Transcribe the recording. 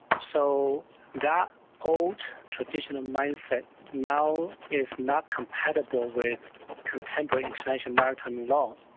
so that old traditional mindset now is not compatible with contemporary international maritime law.